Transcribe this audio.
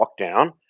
lockdown